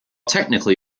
technically